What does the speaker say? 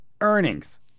Earnings